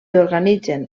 organitzen